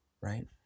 Right